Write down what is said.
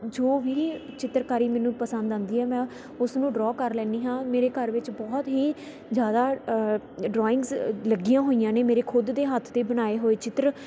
ਜੋ ਵੀ ਚਿੱਤਰਕਾਰੀ ਮੈਨੂੰ ਪਸੰਦ ਆਉਂਦੀ ਆ ਮੈਂ ਉਸਨੂੰ ਡਰੋਅ ਕਰ ਲੈਂਦੀ ਹਾਂ ਮੇਰੇ ਘਰ ਵਿੱਚ ਬਹੁਤ ਹੀ ਜ਼ਿਆਦਾ ਡਰੋਇੰਗਸ ਲੱਗੀਆਂ ਹੋਈਆਂ ਨੇ ਮੇੇਰੇ ਖੁਦ ਦੇ ਹੱਥ ਦੇ ਬਣਾਏ ਹੋਏ ਚਿੱਤਰ